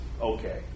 okay